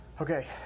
Okay